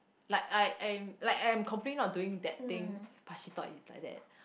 like I I I am like I am complying of doing that thing but she thought inside that